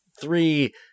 three